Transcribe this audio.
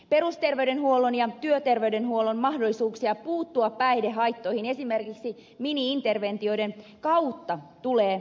perusterveydenhuollon ja työtyöterveydenhuollon mahdollisuuksia puuttua päihdehaittoihin esimerkiksi mini interventioiden kautta tulee voimistaa